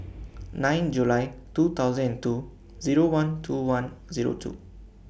nine July two thousand and two Zero one two one Zero two